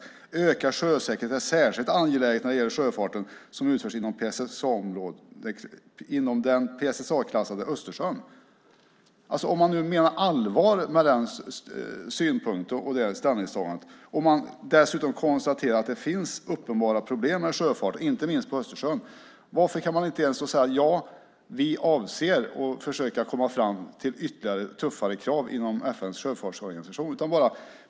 Att öka sjösäkerheten är särskilt angeläget när det gäller sjöfarten som utförs inom den PSSA-klassade Östersjön. Om man nu menar allvar med den synpunkten och det ställningstagandet, om man dessutom konstaterar att det finns uppenbara problem med sjöfart, inte minst på Östersjön, varför kan man inte säga: Ja, vi avser att försöka komma fram till ytterligare tuffare krav inom FN:s sjöfartsorganisation?